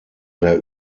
der